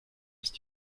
ist